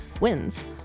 wins